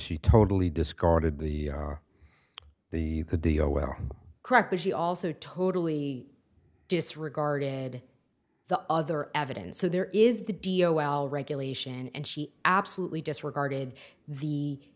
she totally discarded the the the deal well correct but she also totally disregarded the other evidence so there is the dio well regulation and she absolutely disregarded the